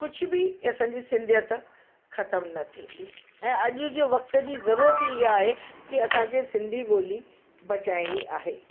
कुझु बि असांजी सिंधीयत खतम न थींदी ऐं अॼु जे वक्तु जी ज़रूरत इआ आए की असांखे सिंधी ॿोली बचाइणी आहे